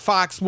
Fox